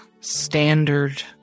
standard